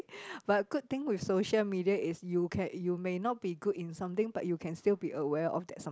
but good thing with social media is you can you may not be good in something but you can still be aware of that some